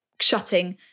shutting